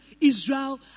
Israel